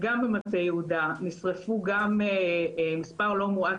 מבחינת ניהול סיכונים, זה בטח לא 0 ו-100,